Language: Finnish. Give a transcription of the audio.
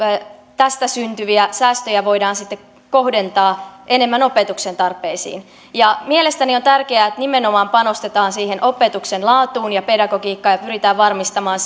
tästä syntyviä säästöjä voidaan sitten kohdentaa enemmän opetuksen tarpeisiin ja mielestäni on tärkeää että nimenomaan panostetaan siihen opetuksen laatuun ja pedagogiikkaan ja pyritään varmistamaan